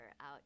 out